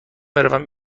بروم